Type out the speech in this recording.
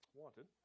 wanted